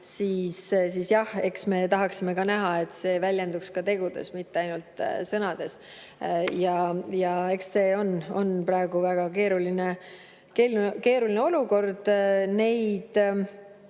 olla, siis jah, eks me tahaksime näha, et see väljenduks ka tegudes, mitte ainult sõnades. Eks see on praegu väga keeruline olukord. Neid